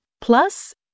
Plus